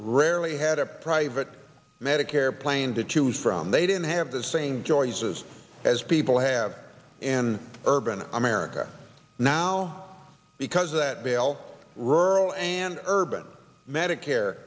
rarely had a private medicare plan to choose from they didn't have the same choices as people have in urban america now because that veil rural and urban medicare